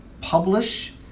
Publish